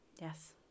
Yes